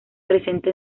presenta